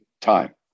time